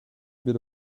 bet